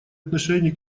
отношение